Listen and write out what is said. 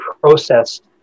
processed